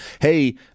hey